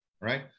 right